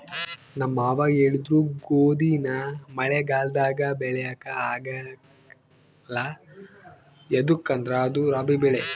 ನಮ್ ಮಾವ ಹೇಳಿದ್ರು ಗೋದಿನ ಮಳೆಗಾಲದಾಗ ಬೆಳ್ಯಾಕ ಆಗ್ಕಲ್ಲ ಯದುಕಂದ್ರ ಅದು ರಾಬಿ ಬೆಳೆ